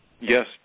Yes